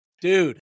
dude